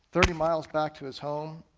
thirty miles back to his home,